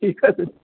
ঠিক আছে